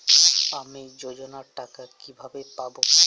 আমি যোজনার টাকা কিভাবে পাবো?